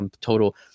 total